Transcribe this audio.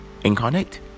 incarnate